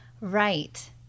Right